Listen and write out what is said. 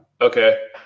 Okay